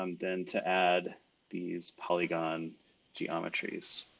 um then to add these polygon geometries.